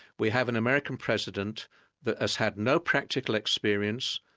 we have an american president that has had no practical experience,